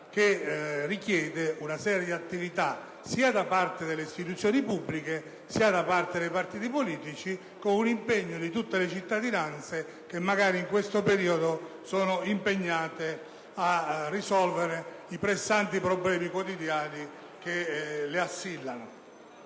infatti una serie di attività sia da parte delle istituzioni pubbliche, che da parte dei partiti politici, con l'impegno di tutte le cittadinanze, che magari in questo periodo sono occupate a risolvere i pressanti problemi quotidiani che le assillano.